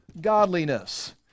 godliness